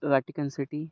Vatican city